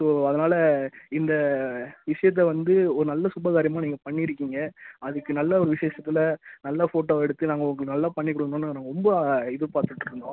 so அதனால் இந்த விஷயத்த வந்து ஒரு நல்ல சுபகாரியமாக நீங்கள் பண்ணியிருக்கீங்க அதுக்கு நல்ல ஒரு விசேஷத்தில் நல்ல ஃபோட்டோ எடுத்து நாங்கள் உங்களுக்கு நல்லா பண்ணிக் காெடுக்கணுன்னு நாங்கள் ரொம்ப எதிர்பார்த்துட்ருந்தோம்